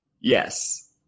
Yes